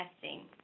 testing